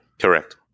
correct